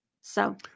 So-